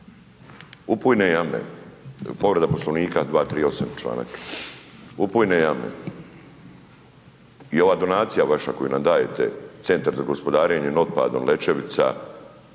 upujne jame, povreda Poslovnika 238. čl., upujne jame i ova donacija vaša koju nam dajete Centar za gospodarenjem otpadom Lećevica,